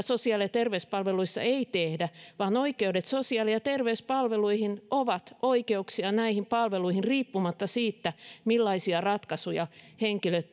sosiaali ja terveyspalveluissa ei tehdä vaan oikeudet sosiaali ja terveyspalveluihin ovat oikeuksia näihin palveluihin riippumatta siitä millaisia ratkaisuja henkilöt